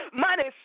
money